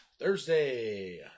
Thursday